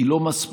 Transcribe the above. היא לא מספקת.